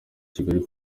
kigali